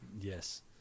Yes